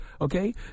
okay